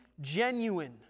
genuine